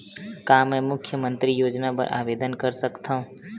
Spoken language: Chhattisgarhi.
का मैं मुख्यमंतरी योजना बर आवेदन कर सकथव?